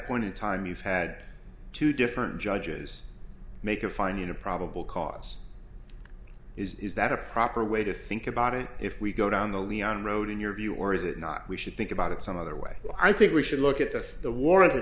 point in time you've had two different judges make a finding of probable cause is that a proper way to think about it if we go down the leon road in your view or is it not we should think about it some other way i think we should look at both the war